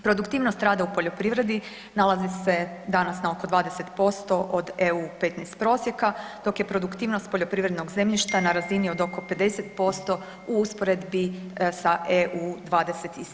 Produktivnost rada u poljoprivredi nalazi se danas na oko 20% od EU 15 prosjeka, dok je produktivnost poljoprivrednog zemljišta na razini od oko 50% u usporedbi sa EU 27.